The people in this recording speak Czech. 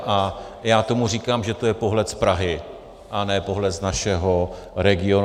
A já tomu říkám, že to je pohled z Prahy a ne pohled z našeho regionu.